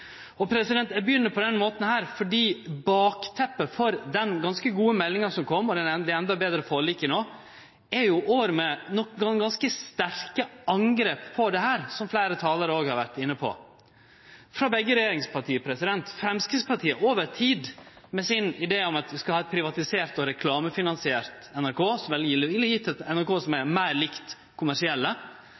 Eg begynner på denne måten fordi bakteppet for den ganske gode meldinga som kom, og det endå betre forliket nå, er år med nokre gonger ganske sterke angrep på dette, som fleire talarar òg har vore inne på – frå begge regjeringsparti. Framstegspartiet har hatt det over tid, med sin idé om at vi skal ha eit privatisert og reklamefinansiert NRK, som ville gjeve eit NRK som er meir likt kommersielle,